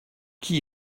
qui